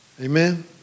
Amen